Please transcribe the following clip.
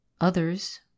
others